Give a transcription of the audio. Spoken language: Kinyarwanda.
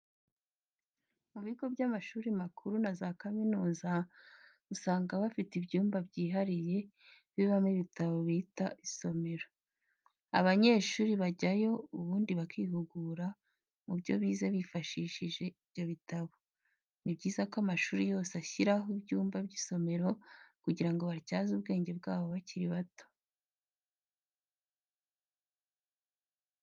Mu bigo by'amashuri makuru na za kaminuza, usanga bifite ibyumba byihariye bibamo ibitabo bita isomero. Abanyeshuri bajyayo ubundi bakihugura mubyo bize bifashishije ibyo bitabo. Nibyiza ko amashuri yose ashyiraho ibyumba by'isomero kugira ngo bityaze ubwenge bwabo bakiri bato.